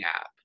app